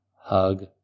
hug